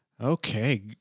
Okay